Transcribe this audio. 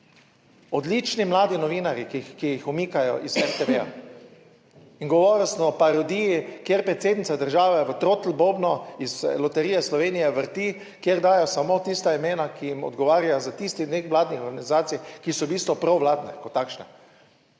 Odlični mladi novinarji, ki jih umikajo iz RTV. Govoril sem o parodiji, kjer predsednica države v trotl bobnu iz Loterije Slovenije vrti, kjer dajejo samo tista imena, ki jim odgovarjajo za tistih nevladnih organizacij, ki so v bistvu provladne kot takšne.